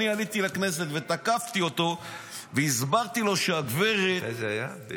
אני עליתי לכנסת ותקפתי אותו והסברתי לו שהגברת --- מתי זה היה?